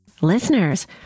Listeners